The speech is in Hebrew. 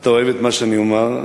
שאתה אוהב את מה שאני אומר.